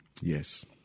yes